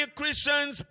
Christians